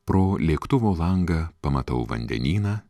pro lėktuvo langą pamatau vandenyną